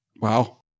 Wow